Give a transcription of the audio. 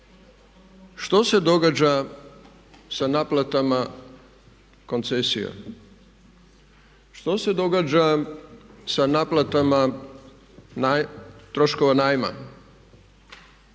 što se događa sa naplatama koncesija. Što se događa sa naplatama troškova najma? Koliki su stvarno